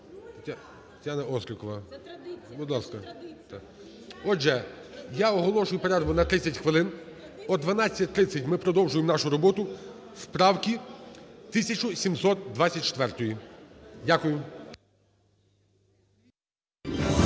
Тетяна Острікова. Будь ласка, да. Отже, я оголошую перерву на 30 хвилин. О 12:30 ми продовжуємо нашу роботу з правки 1724. Дякую.